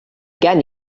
gen